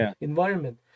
environment